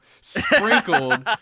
sprinkled